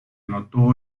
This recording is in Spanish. anotó